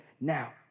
now